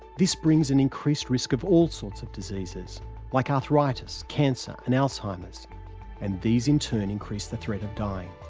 this brings an increased risk of all sorts of diseases like arthritis, cancer and alzheimer's and these in turn increase the threat of dying.